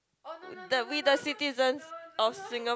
the we the citizens of Singapore